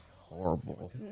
Horrible